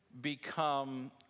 become